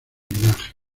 linaje